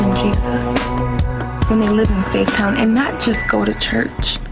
jesus when they live in faithtown and not just go to church.